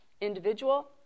individual